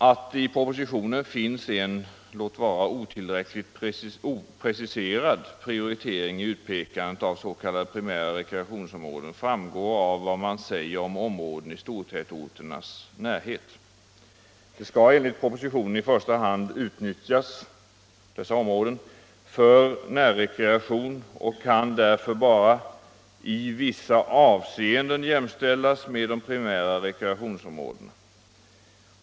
Att det i propositionen finns en — låt vara otillräckligt preciserad — prioritering i utpekande av s.k. primära rekreationsområden framgår av vad som sägs om områden i stortätorternas närhet. Dessa områden skall enligt propositionen i första hand utnyttjas för närrekreation och kan därför bara ”i vissa avseenden jämställas med de primära rekreationsområdena”.